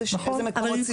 איזה מקומות ציבוריים.